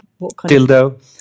Dildo